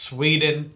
Sweden